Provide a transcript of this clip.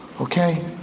Okay